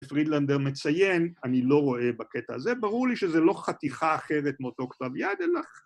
פרידלנדר מציין, אני לא רואה בקטע הזה, ברור לי שזו לא חתיכה אחרת מאותו כתב יד אלא...